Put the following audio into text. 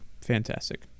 Fantastic